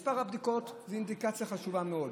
מספר הבדיקות הוא אינדיקציה חשובה מאוד,